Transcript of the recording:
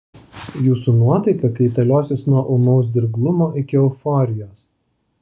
jūsų nuotaika kaitaliosis nuo ūmaus dirglumo iki euforijos